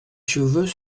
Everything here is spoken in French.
cheveux